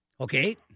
Okay